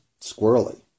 squirrely